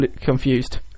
confused